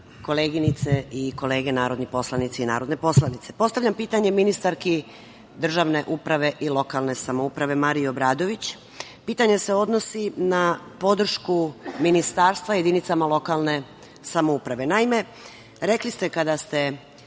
koleginice i kolege narodni poslanici i narodne poslanice, postavljam pitanje ministarki državne uprave i lokalne samouprave Mariji Obradović. Pitanje se odnosi na podršku Ministarstva jedinicama lokalne samouprave. Naime, rekli ste, kada ste